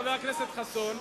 חבר הכנסת חסון,